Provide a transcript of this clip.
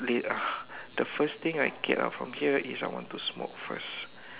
late ah the first thing I get out from here is I want to smoke first